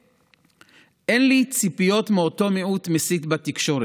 אין לי ציפיות מאותו מיעוט מסית בתקשורת,